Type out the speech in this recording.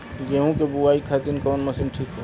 गेहूँ के बुआई खातिन कवन मशीन ठीक होखि?